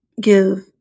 Give